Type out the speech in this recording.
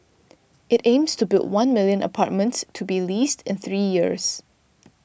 it aims to build one million apartments to be leased in three years